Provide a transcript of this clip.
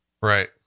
Right